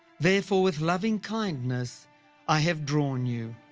therefore with loving kindness i have drawn you.